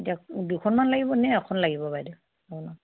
এতিয়া দুখনমান লাগিবনে এখন লাগিব বাইদেউ ন